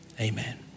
amen